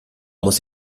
muss